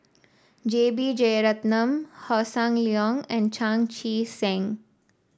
J B Jeyaretnam Hossan Leong and Chan Chee Seng